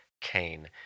Kane